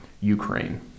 Ukraine